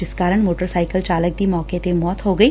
ਜਿਸ ਕਾਰਨ motorcycle ਚਾਲਕ ਦੀ ਮੌਕੇ ਤੇ ਹੀ ਮੌਤ ਹੋ ਗਈ